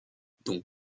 donc